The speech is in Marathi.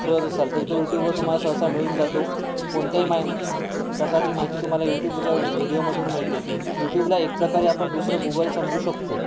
शोधत असाल तर तो युट्यूबवर तुम्हाला सहसा मिळून जातो कोणतंही माई प्रकारची माहिती तुम्हाला युट्यूबच्या व्हिडिओमधून मिळते युटूबला एक प्रकारे आपण दुसरं गुगल समजू शकतो